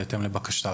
בהתאם לבקשה,